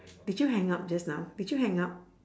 did you hang up just now did you hang up